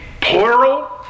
plural